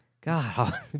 God